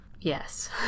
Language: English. yes